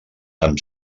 amb